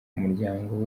umuryango